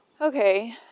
okay